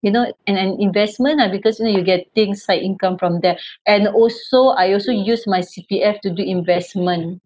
you know an an investment ah because you know you get things side income from that and also I also use my C_P_F to do investment